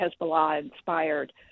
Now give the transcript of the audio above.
Hezbollah-inspired